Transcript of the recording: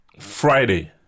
Friday